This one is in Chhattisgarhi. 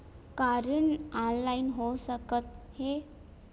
का ऋण ऑनलाइन हो सकत हे?